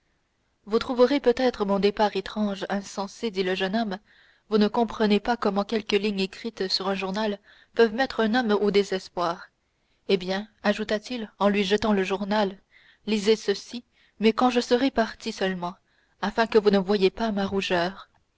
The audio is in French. vous trouverez peut-être mon départ étrange insensé dit le jeune homme vous ne comprenez pas comment quelques lignes écrites sur un journal peuvent mettre un homme au désespoir eh bien ajouta-t-il en lui jetant le journal lisez ceci mais quand je serai parti seulement afin que vous ne voyiez pas ma rougeur